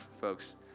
folks